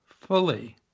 fully